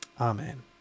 amen